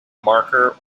marker